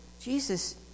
Jesus